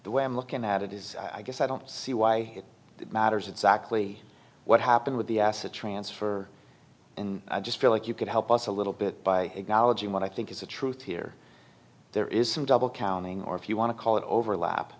the way i'm looking at it is i guess i don't see why it matters exactly what happened with the acid transfer and i just feel like you could help us a little bit by acknowledging what i think is the truth here there is some double counting or if you want to call it overlap